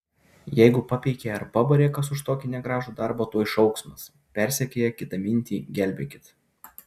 jeigu papeikė ar pabarė kas už kokį negražų darbą tuoj šauksmas persekioja kitamintį gelbėkit